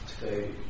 today